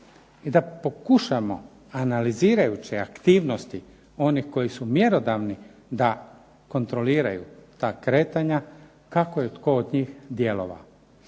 i da pokušamo analizirajuće aktivnosti onih koji su mjerodavni da kontroliraju ta kretanja kako je tko od njih djelovao.